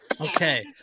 Okay